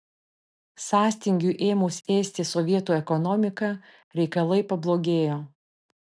sąstingiui ėmus ėsti sovietų ekonomiką reikalai pablogėjo